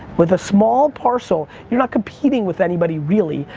with a small parcel, you're not competing with anybody, really,